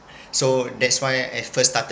so that's why at first started